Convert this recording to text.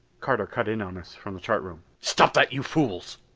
carter cut in on us from the chart room. stop that, you fools!